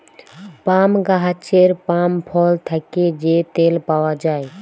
পাম গাহাচের পাম ফল থ্যাকে যে তেল পাউয়া যায়